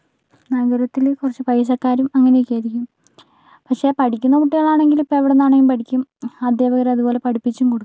നഗരത്തില് കുറച്ച് പൈസക്കാരും അങ്ങനെ ഒക്കെ ആയിരിക്കും പക്ഷേ പഠിക്കുന്ന കുട്ടികളാണെങ്കിൽ ഇപ്പം എവിടുന്നാണെങ്കിലും പഠിക്കും അധ്യാപകര് അതുപോലെ പഠിപ്പിച്ചും കൊടുക്കും